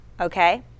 okay